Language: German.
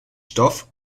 stoff